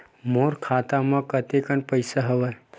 मोर खाता म कतेकन पईसा हवय?